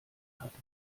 hatte